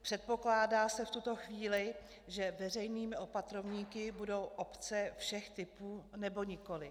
Předpokládá se v tuto chvíli, že veřejnými opatrovníky budou obce všech typů, nebo nikoliv?